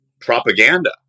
propaganda